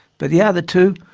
but the other two,